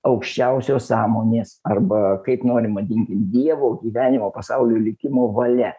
aukščiausios sąmonės arba kaip nori vadinkim dievo gyvenimo pasaulio likimo valia